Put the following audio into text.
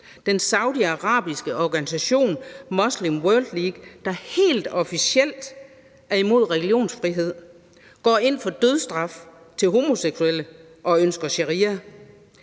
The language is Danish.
den saudiarabiske organisation Muslim World League, der helt officielt er imod religionsfrihed, går ind for dødsstraf til homoseksuelle og ønsker sharia.